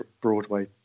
Broadway